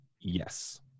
Yes